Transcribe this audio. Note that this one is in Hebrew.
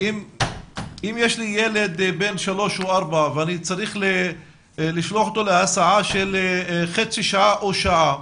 אם יש לי ילד בן 3 או 4 ואני צריך לשלוח אותו להסעה של חצי שעה או שעה,